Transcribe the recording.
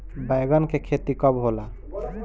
बैंगन के खेती कब होला?